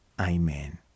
Amen